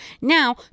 Now